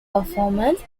performance